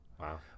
Wow